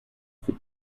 für